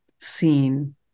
seen